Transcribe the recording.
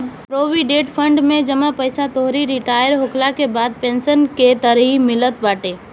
provident fund में जमा पईसा तोहरी रिटायर होखला के बाद पेंशन के तरही मिलत बाटे